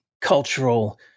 cultural